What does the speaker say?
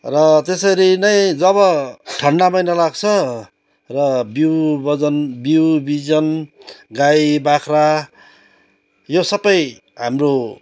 र त्यसरी नै जब ठन्डा महिना लाग्छ र बिउ बिजन बिउ बिजन गाई बाख्रा यो सबै हाम्रो